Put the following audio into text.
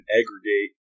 aggregate